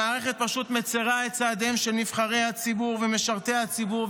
המערכת פשוט מצירה את צעדיהם של נבחרי הציבור ומשרתי הציבור,